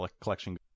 collection